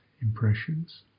impressions